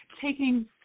taking